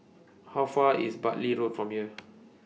How Far IS Bartley Road from here